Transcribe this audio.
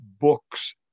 books